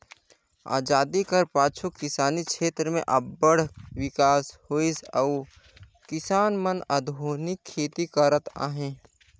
अजादी कर पाछू किसानी छेत्र में अब्बड़ बिकास होइस अउ किसान मन आधुनिक खेती करत अहें